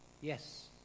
Yes